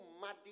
muddy